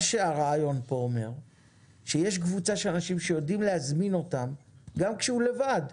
הרעיון פה הוא שיש קבוצה של אנשים שיודעים להזמין אותם גם כשהתייר לבד,